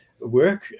Work